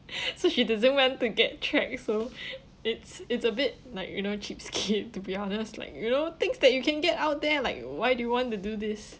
so she doesn't want to get track so it's it's a bit like you know cheapskate to be honest like you know things that you can get out there like why do you want to do this